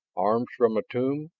arms from a tomb.